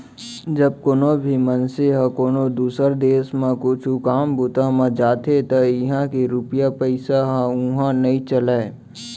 जब कोनो भी मनसे ह कोनो दुसर देस म कुछु काम बूता म जाथे त इहां के रूपिया पइसा ह उहां नइ चलय